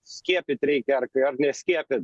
skiepyt reikia ar kai ar neskiepyt